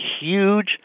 huge